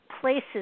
places